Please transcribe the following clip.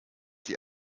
die